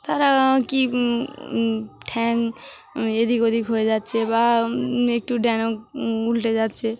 তারা কি ঠ্যাং এদিক ওদিক হয়ে যাচ্ছে বা একটু যেন উলটে যাচ্ছে